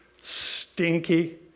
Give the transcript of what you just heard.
stinky